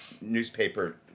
newspaper